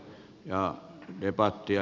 ja debattia